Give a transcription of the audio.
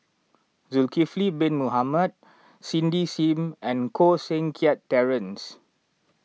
Zulkifli Bin Mohamed Cindy Sim and Koh Seng Kiat Terence